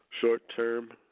short-term